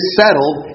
settled